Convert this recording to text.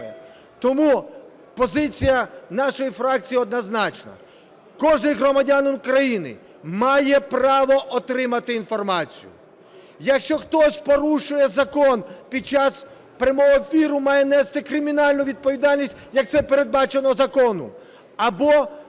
Тому позиція нашої фракції однозначна. Кожен громадянин України має право отримати інформацію. Якщо хтось порушує закон під час прямого ефіру, має нести кримінальну відповідальність, як це передбачено законом, або